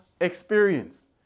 experience